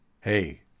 hey